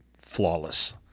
flawless